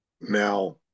Now